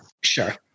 Sure